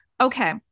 Okay